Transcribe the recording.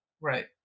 right